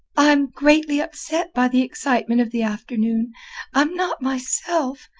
i'm greatly upset by the excitement of the afternoon i'm not myself.